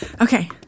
Okay